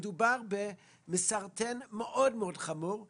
מדובר במסרטן חמור מאוד,